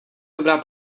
dobrá